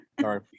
Sorry